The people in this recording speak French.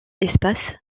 espace